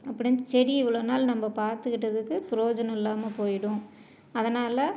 அப்புறம் இந்த செடியை இவ்வளோ நாள் நம்ம பார்த்துக்கிட்டதுக்கு பிரோயோஜனம் இல்லாமல் போய்டும் அதனால்